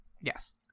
Yes